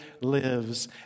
lives